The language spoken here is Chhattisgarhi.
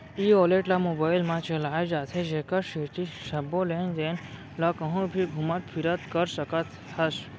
ई वालेट ल मोबाइल म चलाए जाथे जेकर सेती सबो लेन देन ल कहूँ भी घुमत फिरत कर सकत हस